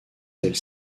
celle